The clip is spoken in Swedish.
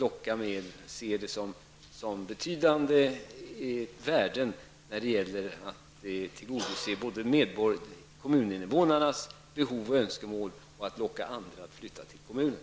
De ser gymnasiet som av betydande värde när det gäller att tillgodose såväl kommuninvånarnas behov och önskemål som att locka andra att flytta till kommunen.